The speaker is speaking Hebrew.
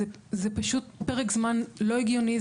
זה פשוט פרק זמן לא הגיוני.